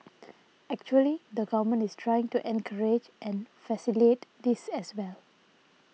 actually the Government is trying to encourage and facilitate this as well